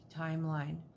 timeline